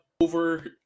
over